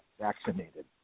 vaccinated